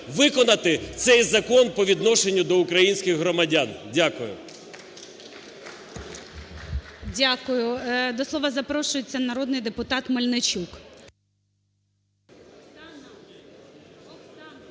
виконати цей закон по відношенню до українських громадян. Дякую. ГОЛОВУЮЧИЙ. Дякую. До слова запрошується народний депутат Мельничук.